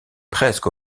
presque